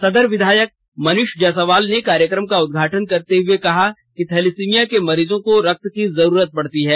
सदर विधायक मनीष जायसवाल ने कार्यक्रम का उदघाटन करते हुए कहा कि थैलिसिमिया के मरीजों को रक्त की जरूरत पड़ती है